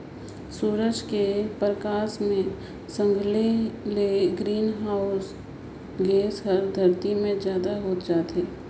सूरज के परकास मे संघले ले ग्रीन हाऊस गेस हर धरती मे जादा होत जाथे